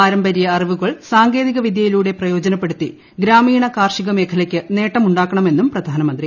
പാരമ്പര്യ അറിവുകൾ സാങ്കേതിക വിദ്യയിലൂടെ മേഖലയ്ക്ക് പ്രയോജനപ്പെടുത്തി ഗ്രാമീണ കാർഷിക നേട്ടമുണ്ടാക്കണമെന്നും പ്രധാനമന്ത്രി